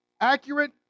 accurate